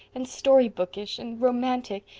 and story bookish. and romantic.